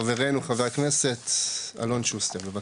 חברנו, חה"כ אלון שוסטר, בבקשה.